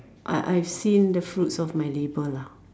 I I've seen the fruits of my labour lah